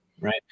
right